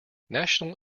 national